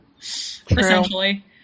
Essentially